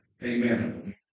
Amen